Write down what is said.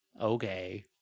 Okay